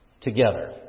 together